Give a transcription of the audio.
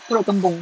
perut kembung